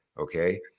Okay